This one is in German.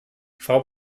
frau